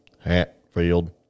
Hatfield